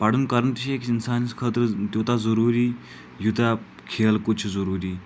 پَرُن کَرُن تِہ چھُ أکِس اِنسانس خٲطرٕ تیوٗتاہ ضٔروٗری یوٗتاہ کھیل کوٗد چھُ ضٔروٗری